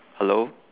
hello